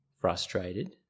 frustrated